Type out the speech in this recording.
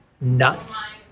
nuts